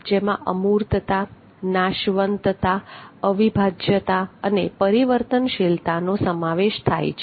જેમાં અમૂર્તતા નાશવંતતા અવિભાજ્યતા અને પરિવર્તનશીલતાનો સમાવેશ થાય છે